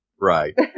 Right